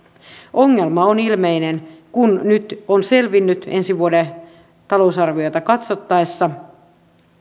ongelma on ilmeinen kun nyt on selvinnyt ensi vuoden talousarviota katsottaessa